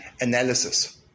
analysis